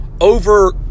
over